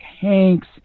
Hanks